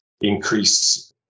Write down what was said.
increase